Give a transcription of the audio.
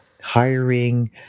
hiring